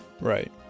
right